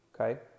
Okay